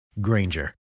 Granger